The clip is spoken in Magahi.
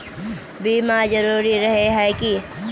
बीमा जरूरी रहे है की?